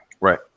Right